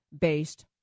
based